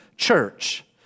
church